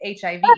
HIV